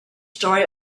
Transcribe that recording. story